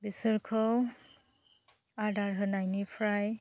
बेसोरखौ आदार होनायनिफ्राय